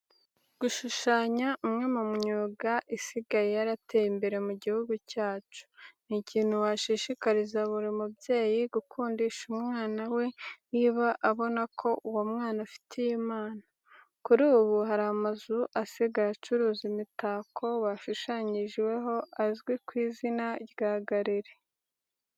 Gushushanya umwe mu myuga isigaye yarateye imbere mu gihugu cyacu, ni ikintu washishikariza buri mubyeyi gukundisha umwana we niba abona ko uwo mwana afite iyi mpano. Kuri ubu hari amazu asigaye acuruza imitako bashushanyijeho azwi ku izina rya gallery.